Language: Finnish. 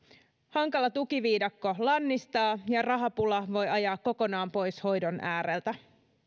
hankala tukiviidakko lannistaa ja rahapula voi ajaa kokonaan pois hoidon ääreltä